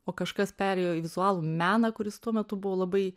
o kažkas perėjo į vizualų meną kuris tuo metu buvo labai